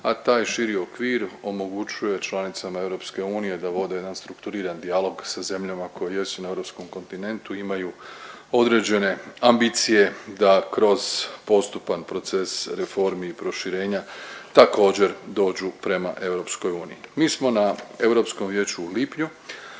a taj širi okvir omogućuje članicama EU da vode jedan strukturiran dijalog sa zemljama koje jesu na europskom kontinentu i imaju određene ambicije da kroz postupan proces reformi i proširenja također dođu prema EU. Mi smo na Europskom